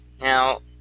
Now